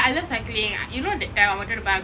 ya I love cycling you know that time I wanted to buy